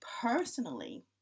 personally